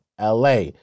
LA